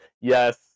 Yes